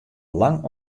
lang